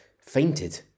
fainted